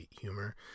humor